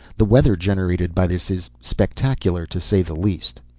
the weather generated by this is spectacular to say the least.